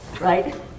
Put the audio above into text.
right